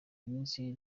iminsi